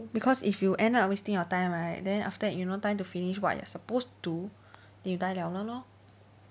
because if you end up wasting your time right then after that you no time to finish what you are supposed to then you die liao 了 lor